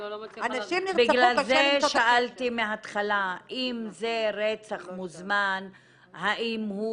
בגלל זה שאלתי מהתחלה אם זה רצח מוזמן האם הוא